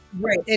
Right